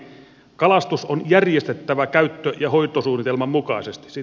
kalastus on järjestettävä käyttö ja hoitosuunnitelman mukaisesti